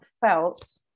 felt